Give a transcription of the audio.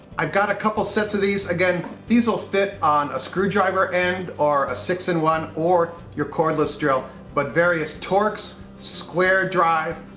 i've got a couple sets of these. again, these will fit on a screwdriver end or a six in one or your cordless drill. but various torx, square drive,